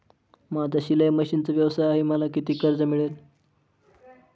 माझा शिलाई मशिनचा व्यवसाय आहे मला किती कर्ज मिळेल?